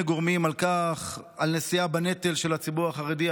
גורמים על נשיאה בנטל של הציבור החרדי,